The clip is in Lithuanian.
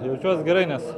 jaučiuos gerai nes